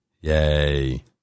yay